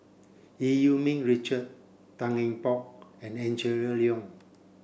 Eu Yee Ming Richard Tan Eng Bock and Angela Liong